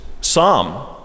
psalm